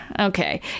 okay